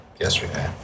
yesterday